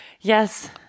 Yes